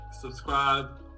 subscribe